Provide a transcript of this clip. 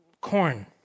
corn